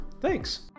Thanks